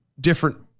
different